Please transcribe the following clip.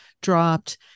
dropped